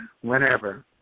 whenever